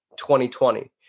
2020